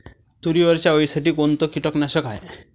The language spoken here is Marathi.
तुरीवरच्या अळीसाठी कोनतं कीटकनाशक हाये?